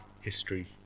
history